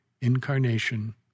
incarnation